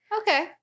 Okay